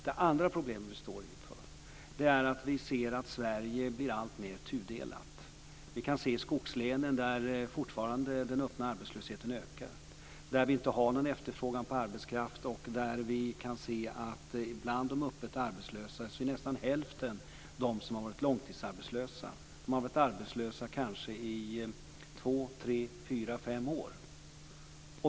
Det andra problemet, som vi står inför, är att vi ser att Sverige blir alltmer tudelat. Vi kan se att den öppna arbetslösheten fortfarande ökar i skogslänen. Där är det ingen efterfrågan på arbetskraft, och vi kan se att nästan hälften av de öppet arbetslösa har varit långtidsarbetslösa. De har varit arbetslösa i kanske två, tre, fyra, fem år.